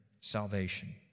salvation